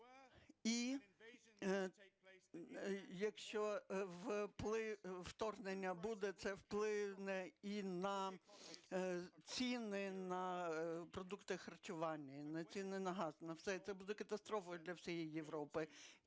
І якщо вторгнення буде, це вплине і на ціни на продукти харчування, і на ціни на газ – на все. І це буде катастрофа для всієї Європи.